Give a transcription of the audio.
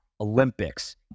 Olympics